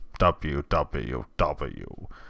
www